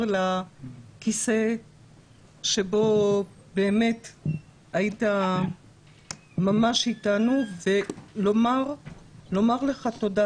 לכיסא שבו באמת היית ממש איתנו; ולומר לך תודה,